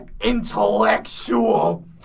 intellectual